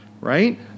Right